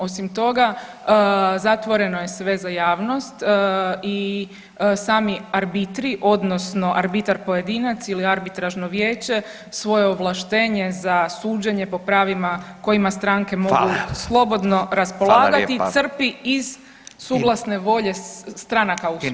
Osim toga zatvoreno je sve za javnost i sami arbitri odnosno arbitar pojedinac ili arbitražno vijeće svoje ovlaštenje za suđenje po pravima kojima stranke mogu [[Upadica: Hvala.]] slobodno raspolagati [[Upadica: Hvala lijepa.]] crpi iz suglasne volje stranaka u sporu.